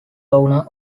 owner